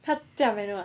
他驾 manual ah